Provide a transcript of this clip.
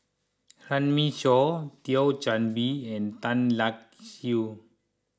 Runme Shaw Thio Chan Bee and Tan Lark Sye